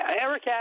Eric